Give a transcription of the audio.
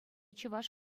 чӑваш